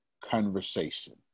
conversation